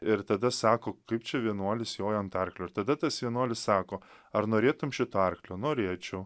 ir tada sako kaip čia vienuolis joja ant arklio ir tada tas vienuolis sako ar norėtum šito arklio norėčiau